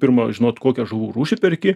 pirma žinot kokią žuvų rūšį perki